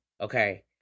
okay